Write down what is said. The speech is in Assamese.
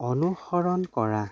অনুসৰণ কৰা